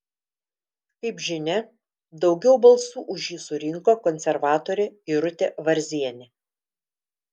kaip žinia daugiau balsų už jį surinko konservatorė irutė varzienė